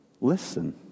Listen